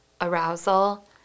arousal